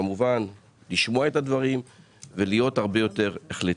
כמובן לשמוע את הדברים ולהיות הרבה יותר החלטי.